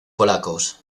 polacos